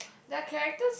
that characters